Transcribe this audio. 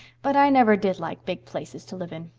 but i never did like big places to live in.